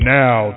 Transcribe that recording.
now